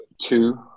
two